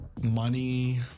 money